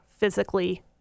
physically